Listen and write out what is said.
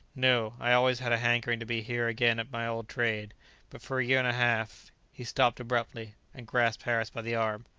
no i always had a hankering to be here again at my old trade but for a year and a half. he stopped abruptly, and grasped harris by the arm.